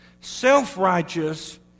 self-righteous